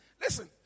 listen